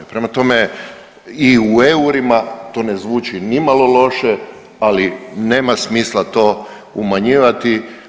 Prema tome i u eurima to ne zvuči nimalo loše, ali nema smisla to umanjivati.